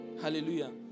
Hallelujah